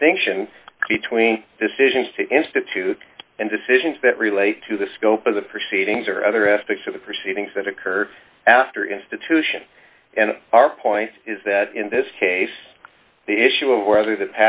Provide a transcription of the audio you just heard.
distinction between decisions to institute and decisions that relate to the scope of the proceedings or other aspects of the proceedings that occur after institution and our point is that in this case the issue of whether the